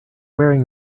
wearing